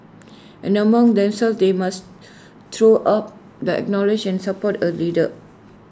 and amongst themselves they must throw up the acknowledge and support A leader